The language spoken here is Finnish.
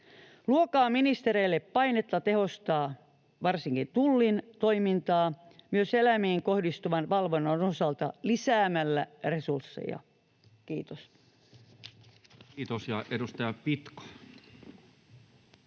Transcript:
luokaa ministereille painetta tehostaa varsinkin Tullin toimintaa myös eläimiin kohdistuvan valvonnan osalta lisäämällä resursseja. — Kiitos. Kiitos.